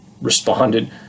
responded